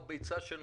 או ביצה שנולדה,